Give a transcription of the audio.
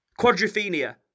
Quadrophenia